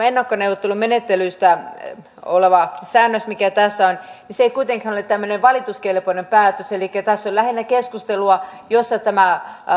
ennakkoneuvottelumenettelystä oleva säännös mikä tässä on ei kuitenkaan ole tämmöinen valituskelpoinen päätös elikkä tässä on lähinnä keskustelua jossa tämä